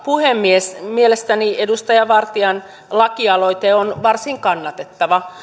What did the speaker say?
puhemies mielestäni edustaja vartian lakialoite on varsin kannatettava